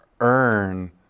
earn